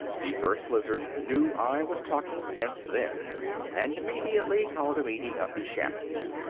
the first lizard knew i was talking sense then and immediately called a meeting of the shamans.